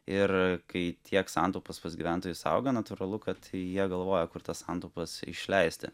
ir kai tiek santaupos pas gyventojus auga natūralu kad jie galvoja kur tas santaupas išleisti